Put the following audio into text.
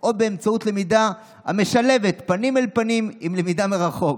או באמצעות למידה המשלבת פנים אל פנים עם למידה מרחוק